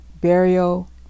burial